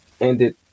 ended